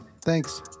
Thanks